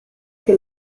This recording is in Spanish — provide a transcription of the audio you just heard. que